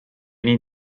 need